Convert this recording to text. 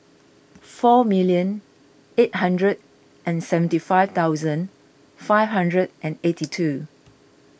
four million eight hundred and seventy five thousand five hundred and eighty two